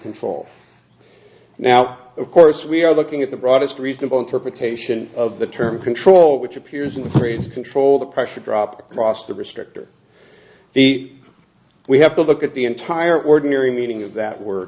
control now of course we are looking at the broadest reasonable interpretation of the term control which appears in the phrase control the pressure drop across the restrictor the we have to look at the entire ordinary meaning of that word